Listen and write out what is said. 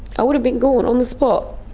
i would have been gone, on the spot.